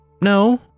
no